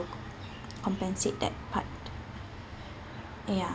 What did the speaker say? compensate that part ya